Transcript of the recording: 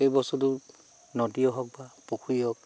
এই বস্তুটো নদীয়ে হওক বা পুখুৰী হওক